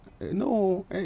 No